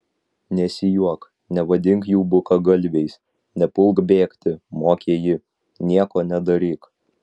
nesijuok nevadink jų bukagalviais nepulk bėgti mokė ji nieko nedaryk